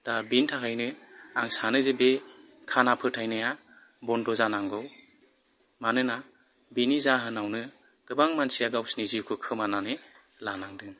दा बेनि थाखायनो आं सानो जे बे खाना फोथायनाया बन्द' जानांगौ मानोना बिनि जाहोनाव नों गोबां मानसिया गावसिनि जिउखौ खोमानानै लानांदों